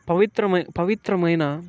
పవిత్ర పవిత్రమైన